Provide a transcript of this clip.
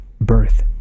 birth